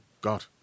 God